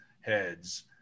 heads